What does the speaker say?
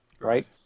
right